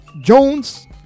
Jones